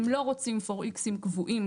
הם לא רוצים פוראיקסים קבועים,